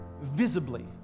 visibly